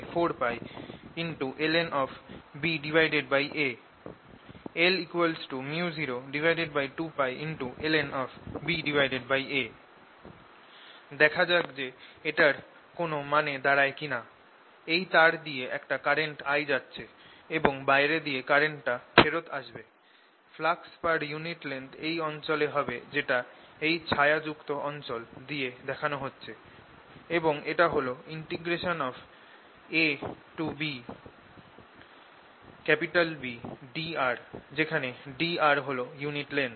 12LI2 µ0I24πln⁡ L µ02π ln⁡ দেখা যাক যে এটার কোন মানে দাঁড়ায় কিনা এই তার দিয়ে একটা কারেন্ট I যাচ্ছে এবং বাইরে দিয়ে কারেন্টটা ফেরত আসবে ফ্লাক্স পার ইউনিট লেংথ এই অঞ্চলে হবে যেটা এই ছায়াযুক্ত অঞ্চল দিয়ে দেখানো হচ্ছে এবং এটা হল abBdr যেখানে dr হল এই ইউনিট লেংথ